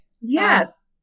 Yes